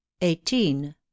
eighteen